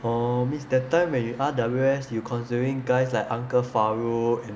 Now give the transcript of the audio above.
orh means that time when you R_W_S you considering guys like uncle fario and